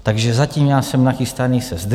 Takže zatím já jsem nachystaný se zdržet.